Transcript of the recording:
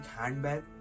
handbag